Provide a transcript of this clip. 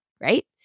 right